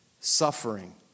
suffering